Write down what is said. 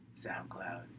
SoundCloud